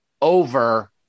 over